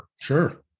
Sure